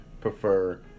prefer